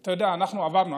אתה יודע, אנחנו עברנו.